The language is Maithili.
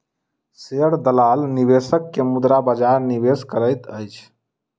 शेयर दलाल निवेशक के मुद्रा बजार निवेश करैत अछि